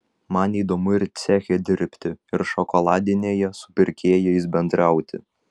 man įdomu ir ceche dirbti ir šokoladinėje su pirkėjais bendrauti